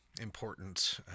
important